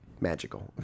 magical